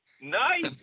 nice